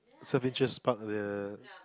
so bitches spark the